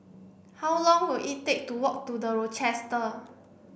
how long will it take to walk to The Rochester